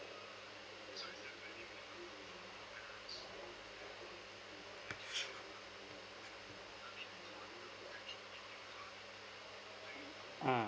mm